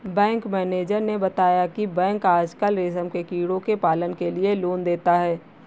bank manager ने बताया की बैंक आजकल रेशम के कीड़ों के पालन के लिए लोन देता है